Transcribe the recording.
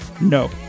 no